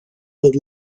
with